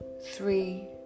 three